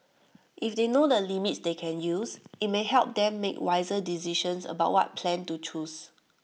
if they know the limits they can use IT may help them make wiser decisions about what plan to choose